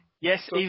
Yes